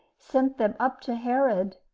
sent them up to herod.